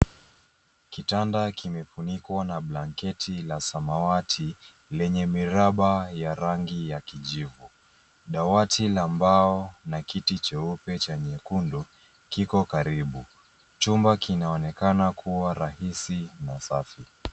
Kitanda kimefunikwa na blanketi la samawati, lenye miraba ya rangi ya kijivu. Dawati la mbao na kiti cheupe cha nyekundu, kiko karibu. Chumba kinaonekana kuwa rahisi na safi.